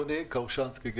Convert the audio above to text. גרא קאושנסקי.